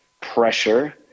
pressure